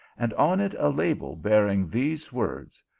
and on it a label bearing these words,